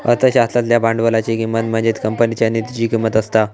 अर्थशास्त्रातल्या भांडवलाची किंमत म्हणजेच कंपनीच्या निधीची किंमत असता